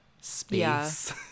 Space